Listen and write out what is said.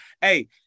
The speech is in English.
hey